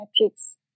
metrics